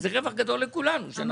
רווח גדול לכולנו.